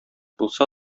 булса